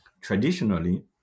traditionally